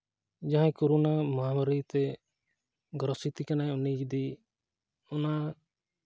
ᱡᱟᱦᱟᱸᱭ ᱠᱳᱨᱳᱱᱟ ᱢᱚᱦᱟᱢᱟᱨᱤᱛᱮ ᱜᱨᱟᱥᱮ ᱠᱟᱱᱟᱭ ᱩᱱᱤ ᱡᱩᱫᱤ ᱚᱱᱟ